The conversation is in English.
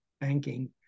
banking